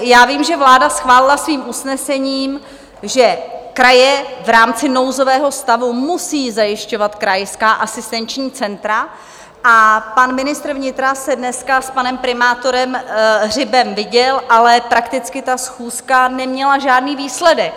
Já vím, že vláda schválila svým usnesením, že kraje v rámci nouzového stavu musí zajišťovat krajská asistenční centra, a pan ministr vnitra se dneska s panem primátorem Hřibem viděl, ale prakticky ta schůzka neměla žádný výsledek.